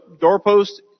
doorpost